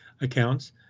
accounts